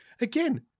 again